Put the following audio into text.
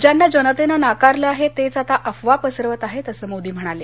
ज्यांना जनतेनं नाकारलं आहे तेच आता अफवा पसरवत आहेत असं मोदी म्हणाले